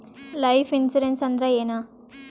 Life insurance ಅಂದ್ರ ಏನ?